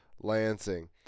Lansing